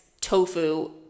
tofu